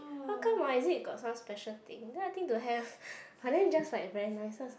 how come ah is it got some special thing then I think don't have but then just like very nice so I was like